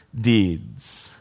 deeds